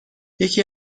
یکی